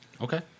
Okay